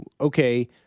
okay